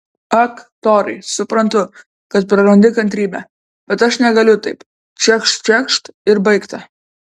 ak torai suprantu kad prarandi kantrybę bet aš negaliu taip čekšt čekšt ir baigta